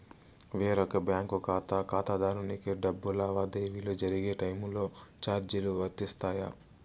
వేరొక బ్యాంకు ఖాతా ఖాతాదారునికి డబ్బు లావాదేవీలు జరిగే టైములో చార్జీలు వర్తిస్తాయా?